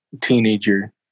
teenager